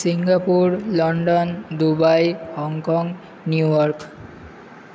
Singapore London Dubai Hong Kong New York